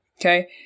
okay